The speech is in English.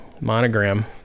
Monogram